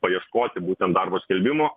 paieškoti būtent darbo skelbimo